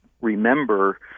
remember